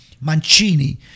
Mancini